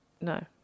no